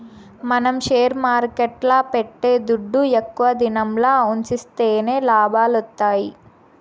మనం షేర్ మార్కెట్ల పెట్టే దుడ్డు ఎక్కువ దినంల ఉన్సిస్తేనే లాభాలొత్తాయి